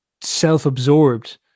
self-absorbed